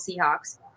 Seahawks